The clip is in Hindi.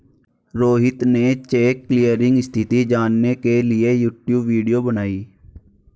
रोहित ने चेक क्लीयरिंग स्थिति जानने के लिए यूट्यूब वीडियो बनाई